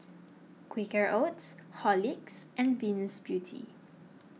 Quaker Oats Horlicks and Venus Beauty